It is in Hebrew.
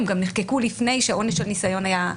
הן גם נחקקו לפני שעונש הניסיון היה,